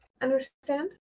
Understand